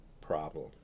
problem